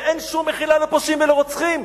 ואין שום מחילה לפושעים ולרוצחים.